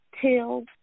till